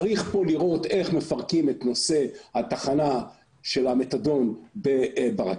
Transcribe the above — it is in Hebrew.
צריך פה לראות איך מפרקים את נושא התחנה של המתדון ברכבת.